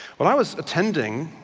well i was attending,